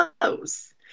close